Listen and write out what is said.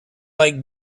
like